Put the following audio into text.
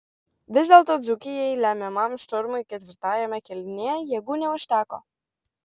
vis dėlto dzūkijai lemiamam šturmui ketvirtajame kėlinyje jėgų neužteko